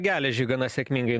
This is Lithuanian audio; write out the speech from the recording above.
geležį gana sėkmingai